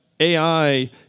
AI